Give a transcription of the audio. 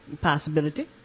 possibility